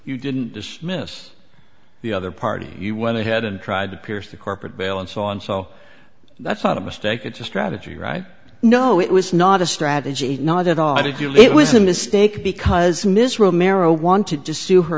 you didn't dismiss the other party you went ahead and tried to pierce the corporate veil and so on so that's not a mistake it's a strategy right no it was not a strategy that i did you leave it was a mistake because ms romero wanted to sue her